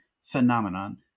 phenomenon